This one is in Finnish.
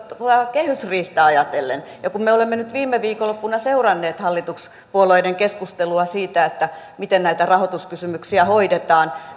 kehysriihtä ajatellen ja kun me olemme viime viikonloppuna seuranneet hallituspuolueiden keskustelua siitä miten näitä rahoituskysymyksiä hoidetaan